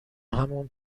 همون